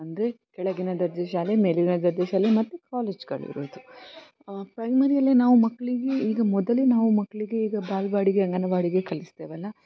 ಅಂದರೆ ಕೆಳಗಿನ ದರ್ಜೆ ಶಾಲೆ ಮೇಲಿನ ದರ್ಜೆ ಶಾಲೆ ಮತ್ತು ಕಾಲೇಜ್ಗಳಿರೋದು ಪ್ರೈಮರಿಯಲ್ಲಿ ನಾವು ಮಕ್ಕಳಿಗೆ ಈಗ ಮೊದಲೇ ನಾವು ಮಕ್ಕಳಿಗೆ ಈಗ ಬಾಲವಾಡಿಗೆ ಅಂಗನವಾಡಿಗೆ ಕಲಿಸ್ತೇವಲ್ಲ